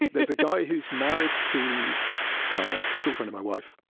there's a guy who's married to a school friend of my wife.